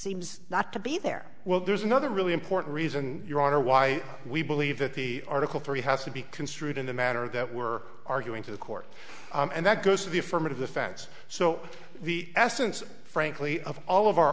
seems not to be there well there's another really important reason your honor why we believe that the article three has to be construed in the matter that we're arguing to the court and that goes to the affirmative defense so the essence frankly of all of our